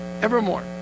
Evermore